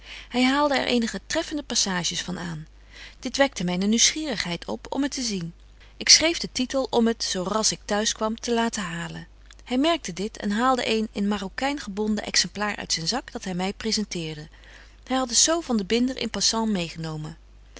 hy haalde er eenige treffende passages van aan dit wekte myne nieuwsgierigheid op om het te zien ik schreef de titel om het zo rasch ik t'huis kwam te laten halen hy merkte dit en haalde een in marrokein gebonden exemplaar uit zyn zak dat hy my presenteerde hy hadt het zo van den binder in passant meêgenomen